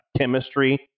chemistry